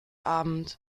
abend